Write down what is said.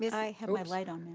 i had my light on.